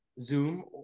Zoom